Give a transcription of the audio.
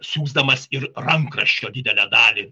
siųsdamas ir rankraščio didelę dalį